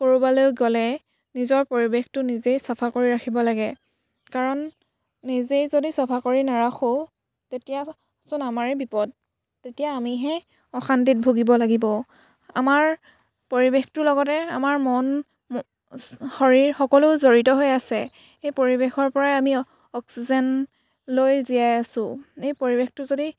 কৰবালৈ গ'লে নিজৰ পৰিৱেশটো নিজেই চাফা কৰি ৰাখিব লাগে কাৰণ নিজেই যদি চাফা কৰি নাৰাখোঁ তেতিয়াচোন আমাৰেই বিপদ তেতিয়া আমিহে অশান্তিত ভুগিব লাগিব আমাৰ পৰিৱেশটোৰ লগতে আমাৰ মন চ শৰীৰ সকলো জড়িত হৈ আছে সেই পৰিৱেশৰ পৰাই আমি অক্সিজেন লৈ জীয়াই আছোঁ এই পৰিৱেশটো যদি